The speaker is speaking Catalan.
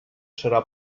serà